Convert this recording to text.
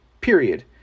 period